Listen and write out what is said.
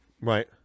right